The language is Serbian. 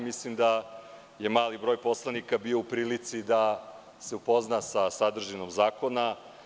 Mislim da je mali broj poslanika bio u prilici da se upozna sa sadržinom zakona.